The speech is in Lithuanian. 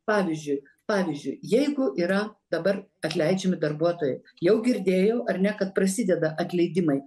pavyzdžiui pavyzdžiui jeigu yra dabar atleidžiami darbuotojai jau girdėjau ar ne kad prasideda atleidimai